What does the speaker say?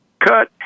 cut